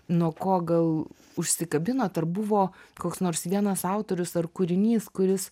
nuo ko gal užsikabinot ar buvo koks nors vienas autorius ar kūrinys kuris